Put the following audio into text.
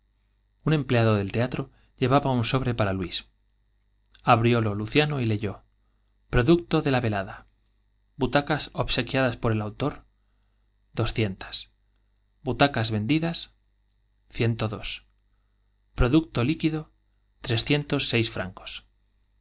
un empleado del teatro llevaba un sobre para luis abriólo luciano y leyó producto de la velada butacas obsequiadas por el autor doscientas butacas vendidas ciento dos producto líquido trescientos francos